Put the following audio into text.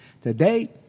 Today